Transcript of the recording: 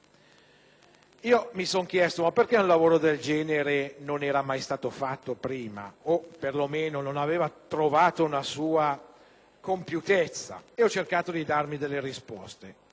Mi sono chiesto per quale motivo un lavoro del genere non fosse mai stato fatto prima o, perlomeno, non avesse trovato una sua compiutezza. Ho cercato di darmi delle risposte.